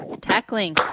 Tackling